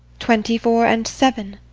twenty-four and seven?